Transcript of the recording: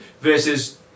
versus